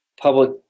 public